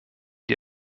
die